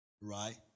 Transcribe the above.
right